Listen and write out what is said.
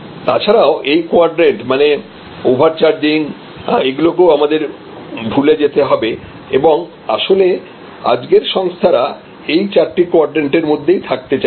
তাছাড়াও এই কোয়াড্রেন্ট মানে ওভার চার্জিং এগুলোকেও আমাদের ভুলে যেতে হবে এবং আসলে আজকের সংস্থারা এই চারটে কোয়াড্রেন্ট এর মধ্যেই থাকতে চাইছে